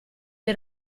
dei